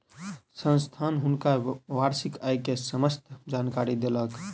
संस्थान हुनका वार्षिक आय के समस्त जानकारी देलक